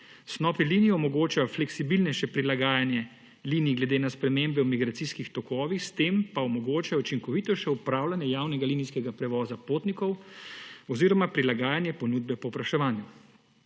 Snopi linij omogočajo fleksibilnejše prilagajanje linij glede na spremembe v migracijskih tokovih, s tem pa omogočajo učinkovitejše upravljanje javnega linijskega prevoza potnikov oziroma prilagajanje ponudbe povpraševanju.